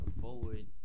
forward